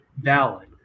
valid